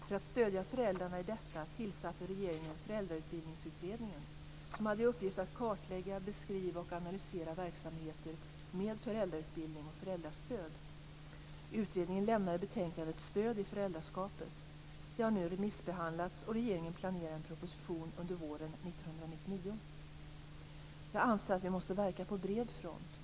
För att stödja föräldrarna i detta tillsatte regeringen Föräldrautbildningsutredningen, som hade i uppgift att kartlägga, beskriva och analysera verksamheter med föräldrautbildning och föräldrastöd. Utredningen lämnade betänkandet Stöd i föräldraskapet. Det har nu remissbehandlats, och regeringen planerar en proposition under våren 1999. Jag anser att vi måste verka på bred front.